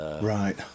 Right